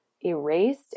erased